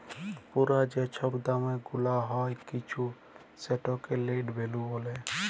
পুরা যে ছব দাম গুলাল হ্যয় কিছুর সেটকে লেট ভ্যালু ব্যলে